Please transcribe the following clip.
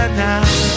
now